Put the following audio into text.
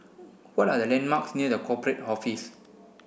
what are the landmarks near The Corporate Office